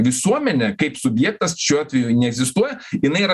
visuomenė kaip subjektas šiuo atveju neegzistuoja jinai yra